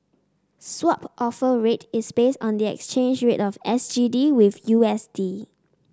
Swap Offer Rate is based on the exchange rate of S G D with U S D